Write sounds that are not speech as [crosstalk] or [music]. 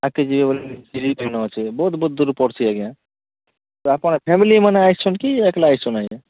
ଆଗ୍କେ ଯିବେ ବୋଲେ [unintelligible] ବହୁତ୍ ବହୁତ୍ ଦୂର୍ ପଡୁଛି ଆଜ୍ଞା ତ ଆପଣ ଫ୍ୟାମିଲିମାନେ ଆସିଛନ୍ କି ଏକଲା ଆସିଛନ୍ତି ଆଜ୍ଞା